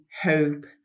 hope